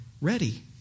ready